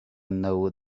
know